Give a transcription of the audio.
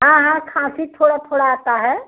हाँ हाँ खाँसी थोड़ा थोड़ा आता है